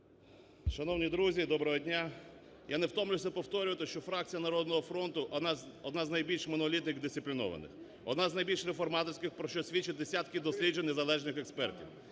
Шановні друзі, доброго дня! Я не втомлююся повторювати, що фракція "Народного фронту" одна з найбільш монолітних дисциплінованих, одна з найбільш реформаторських, про що свідчать десятки досліджень незалежних експертів.